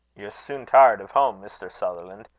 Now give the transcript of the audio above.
you're soon tired of home, mr. sutherland.